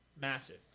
Massive